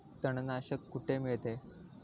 तणनाशक कुठे मिळते?